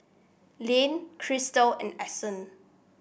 Layne Crystal and Ason